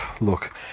Look